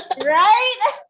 Right